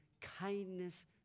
kindness